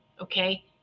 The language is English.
Okay